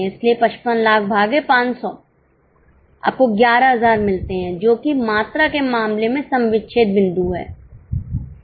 इसलिए 55 लाख भागे 500 आपको 11000 मिलते हैं जो कि मात्रा के मामले में सम विच्छेद बिंदु है